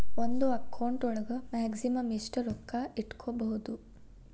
ಒಂದು ಅಕೌಂಟ್ ಒಳಗ ಮ್ಯಾಕ್ಸಿಮಮ್ ಎಷ್ಟು ರೊಕ್ಕ ಇಟ್ಕೋಬಹುದು?